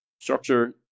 Structure